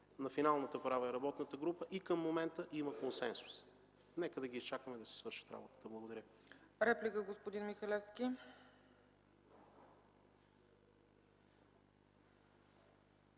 на финалната права е работната група и към момента има консенсус. Нека да ги изчакаме да си свършат работата. Благодаря. ПРЕДСЕДАТЕЛ ЦЕЦКА